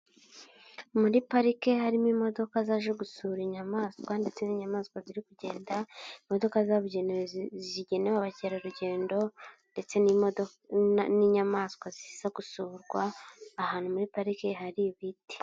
Muri parike harimo imodoka zaje gusura inyamaswa ndetse n'inyamaswa ziri kugenda. Imodoka zabugenewe zigenewe abakerarugendo ndetse n'imodoka n'inyamaswa ziza gusurwa ahantu muri parike hari ibiti.